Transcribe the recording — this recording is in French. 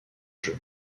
jeux